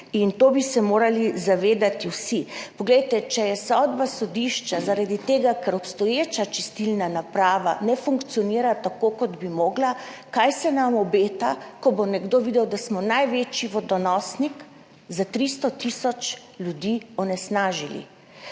In tega bi se morali zavedati vsi. Če je sodba sodišča, zaradi tega ker obstoječa čistilna naprava ne funkcionira tako, kot bi morala, kaj se nam obeta, ko bo nekdo videl, da smo največji vodonosnik za 300 tisoč ljudi onesnažili?